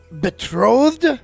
betrothed